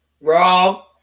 Wrong